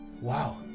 wow